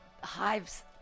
hives